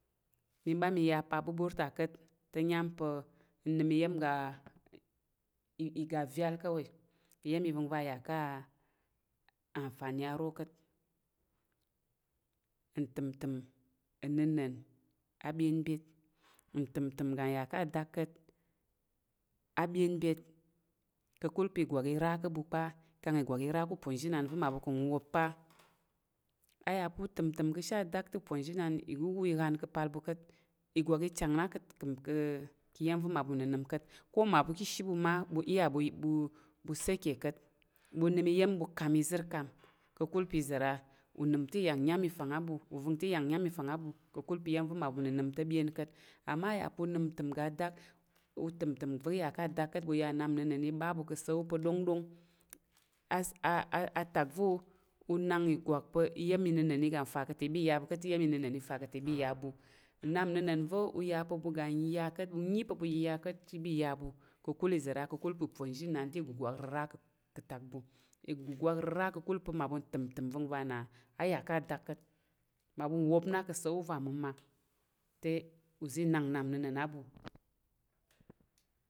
Mi ɓa mi ya apabubur ta ka̱t te, nyam pa̱ nnəm iya̱m ga vyal ka̱wai, iya̱m ivəngva̱ ya ká̱ nfani aro ka̱t. Ntəm təm ga nya ka̱ a dak ka̱t a byen byet, ka̱kul pa̱ ìgwak ira ka̱ ɓu kpa kang ìgwak ira ku uponzhinan va̱ maɓu ka̱ nwuwop kpa. A ya pa̱ utəm- təm ka̱ she adak te uponzhinan iwuwu ihan ka̱pal ɓu ka̱t. Ìgwak ichang na ka̱ iya̱m va̱ mmaɓu ka̱ nənəm ka̱t ko mmaɓu ka̱ ishi ɓu ma ɓu iya ɓu ɓu "saike" ka̱t ɓu nəm iya̱m ɓu ka̱m- izər ka̱m ka̱kul pa̱ izara? Unəm te iya nyam ifang á ɓu uvəng te iya nnyam ifang á ɓu ka̱kul pa̱ iya̱m va̱ mmaɓu ka̱ nənəm te byen ka̱t. Amma aya pa̱ unəm ntəm ga adak, utəm- təm va̱ ya ká̱ dak ka̱t ɓu ya nnap nnəna̱n i ɓa aɓu ka̱l- wu pa̱ ɗong. A "s" á a atak va̱ unang ìgwak pa̱ iya̱m inən iga nfa ka̱ ta i ɓa iya ɓu ka̱t te iya̱m inəna̱n ifa ká̱ ta i ɓa iya ɓu nnap nnəna̱n va̱ u yà pa̱ ɓu yiya ka̱t te i ɓa iyam ɓu a̱ te i ɓa nənəm izəra? Ka̱kul pa̱ uponzhinan te ìguwak rəra ka̱kul pa̱ mmaɓu ka̱ ntəm- təm nvrmgva na aya ka̱ dak kət. Maɓu nwop na ka̱sawu va məma te uza̱ i uza̱ nak nnap.